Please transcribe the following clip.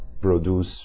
produce